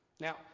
now